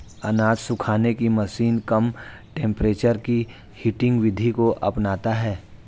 अनाज सुखाने की मशीन कम टेंपरेचर की हीटिंग विधि को अपनाता है